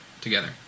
together